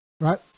Right